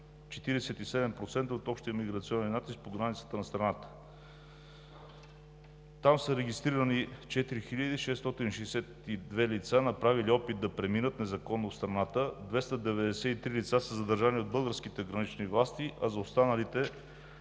47% от общия миграционен натиск по границата на страната. Там са регистрирани 4662 лица, направили опит да преминат незаконно в страната: 293 лица са задържани от българските гранични власти, а за останалите